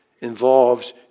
involves